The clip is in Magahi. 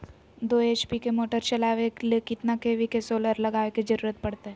दो एच.पी के मोटर चलावे ले कितना के.वी के सोलर लगावे के जरूरत पड़ते?